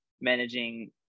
managing